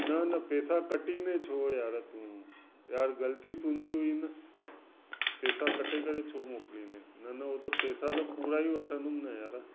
न न पेसा कटिंदे छो यारु तू यारु ग़ल्ती तुंहिंजी हुई न पेसा कटे करे छो मोकिलिंदे न न ओ त पेसा त पूरा ई वठंदुमि न यारु